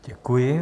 Děkuji.